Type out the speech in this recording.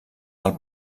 del